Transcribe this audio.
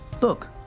look